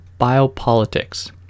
biopolitics